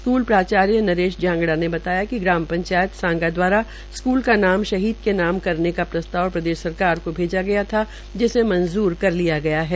school प्राचार्य नरेश जांगड़ा ने बताया कि ग्राम पंचायत सांगा द्वारा स्कूल का नाम शहीद के नाम करने का प्रस्ताव प्रदेश सरकार को भेजा था जिसे मंजूर कर लिया गया है